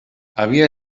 havia